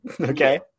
Okay